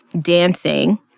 dancing